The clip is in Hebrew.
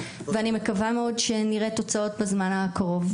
ואני מקווה מאוד שנראה תוצאות בזמן הקרוב.